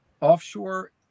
offshore